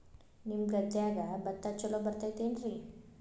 ನಿಮ್ಮ ಗದ್ಯಾಗ ಭತ್ತ ಛಲೋ ಬರ್ತೇತೇನ್ರಿ?